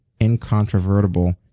incontrovertible